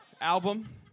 album